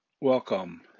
Welcome